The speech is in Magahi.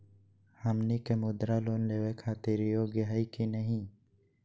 हमनी के मुद्रा लोन लेवे खातीर योग्य हई की नही?